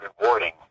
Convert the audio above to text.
rewarding